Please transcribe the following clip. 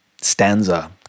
stanza